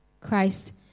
Christ